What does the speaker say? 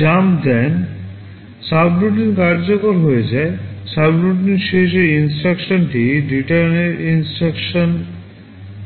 jump দেন subroutine কার্যকর হয়ে যায় সাব্রোটিনের শেষ INSTRUCTIONটি রিটার্নের INSTRUCTION হবে